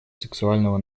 сексуального